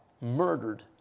murdered